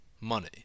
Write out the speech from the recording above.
money